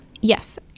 Yes